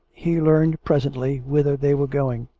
he learned presently whither they were going.